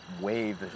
wave